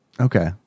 Okay